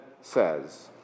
says